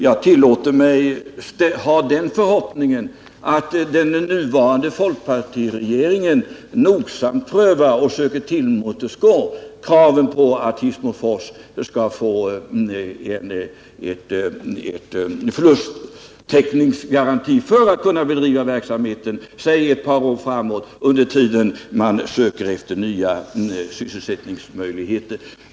Jag tillåter mig att ha den förhoppningen att den nuvarande folkpartiregeringen nogsamt prövar och försöker tillmötesgå kraven på att Hissmofors skall få en förlusttäckningsgaranti för att kunna bedriva verksamheten, säg ett par år framåt, under den tid man söker nya sysselsättningsmöjligheter.